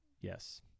Yes